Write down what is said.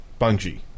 Bungie